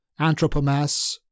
Anthropomass